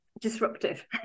disruptive